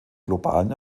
globalen